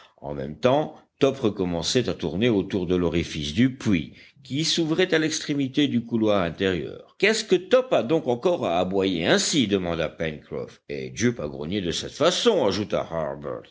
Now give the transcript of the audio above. en même temps top recommençait à tourner autour de l'orifice du puits qui s'ouvrait à l'extrémité du couloir intérieur qu'est-ce que top a donc encore à aboyer ainsi demanda pencroff et jup à grogner de cette façon ajouta